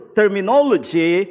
terminology